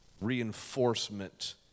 reinforcement